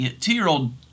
two-year-old